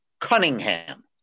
Cunningham